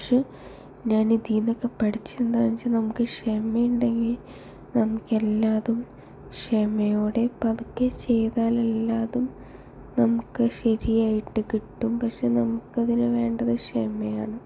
പക്ഷേ ഞാൻ ഇതിന്നൊക്കെ പഠിച്ചത് എന്താന്ന് വെച്ചാൽ നമുക്ക് ക്ഷമയുണ്ടെങ്കിൽ നമുക്ക് എല്ലാതും ക്ഷമയോടെ പതുക്കെ ചെയ്താൽ എല്ലാതും നമുക്ക് ശരിയായിട്ട് കിട്ടും പക്ഷേ നമുക്ക് അതിന് വേണ്ടത് ക്ഷമയാണ്